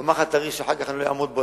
לומר לך תאריך שאחר כך אני לא אעמוד בו,